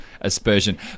aspersion